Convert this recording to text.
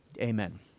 Amen